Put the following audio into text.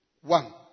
one